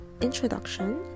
introduction